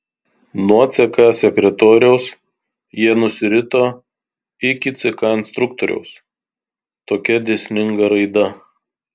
nuo ck sekretoriaus jie nusirito iki ck instruktoriaus tokia dėsninga raida